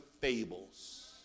fables